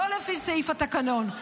לא לפי סעיף התקנון,